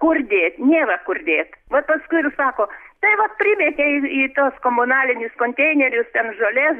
kur dėt nėra kur dėt vat paskui ir sako tai vat primetė į į tuos komunalinius konteinerius ten žolės